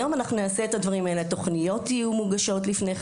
היום אנחנו נעשה את הדברים האלה והתוכניות יהיו מוגשות לפני כן.